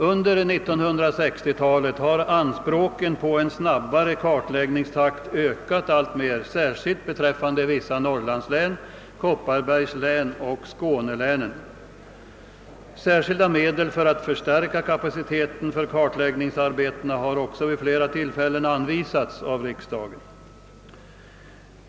Under 1960-talet har anspråken på en snabbare kartläggningstakt ökat alltmer, särskilt beträffande vissa norrlandslän, Kopparbergs län och skånelänen. Särskilda medel för att förstärka kapaciteten för kartläggningsarbetena har också vid flera tillfällen anvisats av riksdagen.